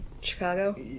Chicago